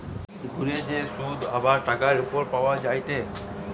ঘুরে যে শুধ আবার টাকার উপর পাওয়া যায়টে